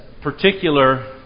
particular